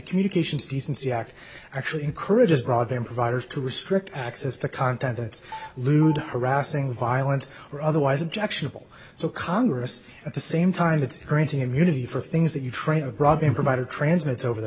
communications decency act actually encourages broadband providers to restrict access to content that lewd harassing violence or otherwise objectionable so congress at the same time that granting immunity for things that you trade a broadband provider transmits over the